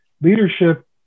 leadership